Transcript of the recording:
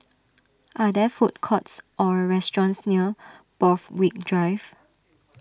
are there food courts or restaurants near Borthwick Drive